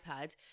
iPad